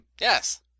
Yes